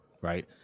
right